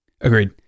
Agreed